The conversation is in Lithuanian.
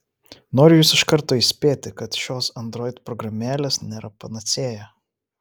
noriu jus iš karto įspėti kad šios android programėlės nėra panacėja